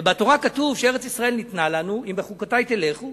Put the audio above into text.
ובתורה כתוב שארץ-ישראל ניתנה לנו אם בחוקותי תלכו